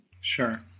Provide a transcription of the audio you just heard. Sure